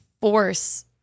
force